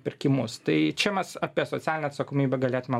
pirkimus tai čia mes apie socialinę atsakomybę galėtume